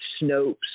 Snopes